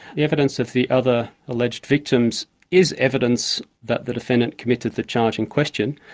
the evidence of the other alleged victims is evidence that the defendant committed the charge in question.